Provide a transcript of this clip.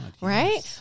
right